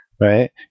right